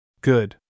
Good